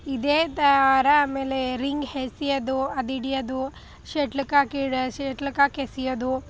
ಇದೇ ಥರ ಆಮೇಲೆ ರಿಂಗ್ ಎಸಿಯೋದು ಅದು ಹಿಡಿಯೋದು ಶಟ್ಲ್ಕಾಕ್ ಇರ ಶಟ್ಲ್ಕಾಕ್ ಎಸೆಯೋದು